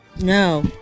No